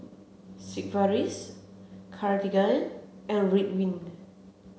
Sigvaris Cartigain and Ridwind